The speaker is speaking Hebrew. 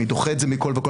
אני דוחה את זה מכל וכל.